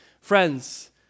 Friends